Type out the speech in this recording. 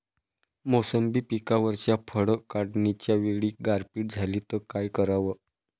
मोसंबी पिकावरच्या फळं काढनीच्या वेळी गारपीट झाली त काय कराव?